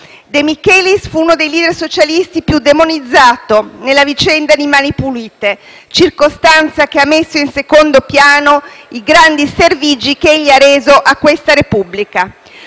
De Michelis fu uno dei *leader* socialisti più demonizzati nella vicenda di mani pulite, circostanza che ha messo in secondo piano i grandi servigi che egli ha reso a questa Repubblica.